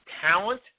talent